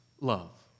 love